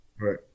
Right